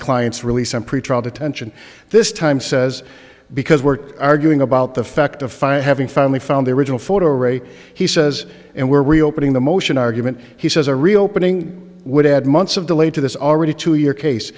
client's release and pretrial detention this time says because we're arguing about the fact of fire having finally found the original photo array he says and we're reopening the motion argument he says a reopening would add months of delay to this already to your case